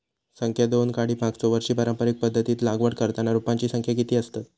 संख्या दोन काडी मागचो वर्षी पारंपरिक पध्दतीत लागवड करताना रोपांची संख्या किती आसतत?